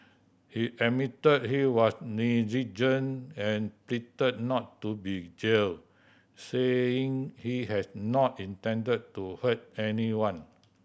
he admitted he was negligent and pleaded not to be jailed saying he has not intended to hurt anyone